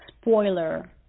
spoiler